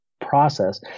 process